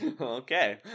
Okay